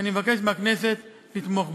ואני מבקש מהכנסת לתמוך בה.